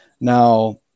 now